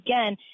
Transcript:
again